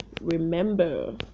remember